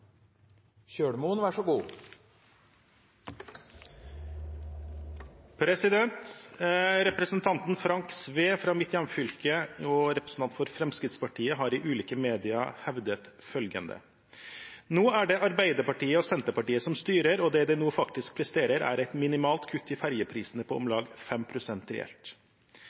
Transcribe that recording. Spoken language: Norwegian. virkemiddel i så måte. «Representanten Frank Sve, Fremskrittspartiet, har i ulike medier hevdet følgende: No er det Arbeiderpartiet og Senterpartiet som styrer, og det dei no faktisk presterer er eit minimalt kutt i ferjeprisane på om lag 5 pst. reelt.